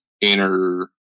inner